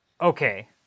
okay